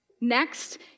Next